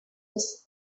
was